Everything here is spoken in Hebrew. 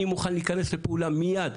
אני מוכן להיכנס לפעולה מיד.